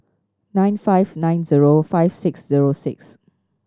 nine five nine zero five six zero six